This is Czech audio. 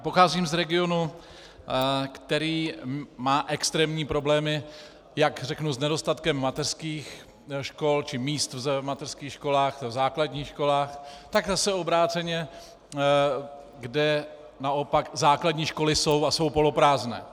Pocházím z regionu, který má extrémní problémy, jak řeknu, s nedostatkem mateřských škol či míst v mateřských školách, v základních školách, tak zase obráceně, kde naopak základní školy jsou a jsou poloprázdné.